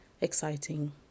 Exciting